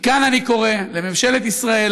מכאן אני קורא לממשלת ישראל,